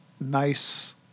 nice